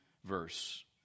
verse